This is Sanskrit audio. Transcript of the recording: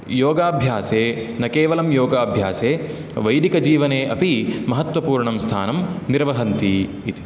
योगाभ्यासे न केवलं योगाभ्यासे वैदिकजीवने अपि महत्वपूर्णं स्थानं निर्वहन्ति इति